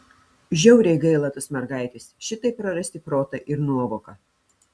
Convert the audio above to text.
žiauriai gaila tos mergaitės šitaip prarasti protą ir nuovoką